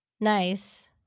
Nice